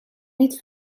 niet